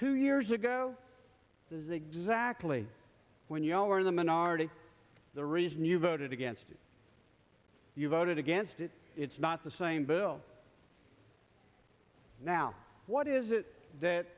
two years ago was exactly when you all were in the minority the reason you voted against it you voted against it it's not the same bill now what is it that